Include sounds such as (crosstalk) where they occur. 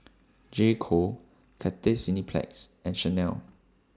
(noise) J Co Cathay Cineplex and Chanel